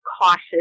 cautious